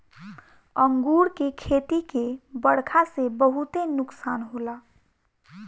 अंगूर के खेती के बरखा से बहुते नुकसान होला